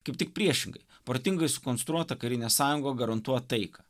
kaip tik priešingai protingai sukonstruota karinė sąjunga garantuot taiką